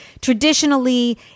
Traditionally